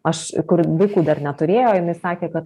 aš kur vaikų dar neturėjo jinai sakė kad